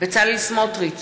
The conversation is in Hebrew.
בצלאל סמוטריץ,